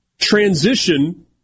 transition